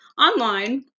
online